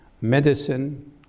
medicine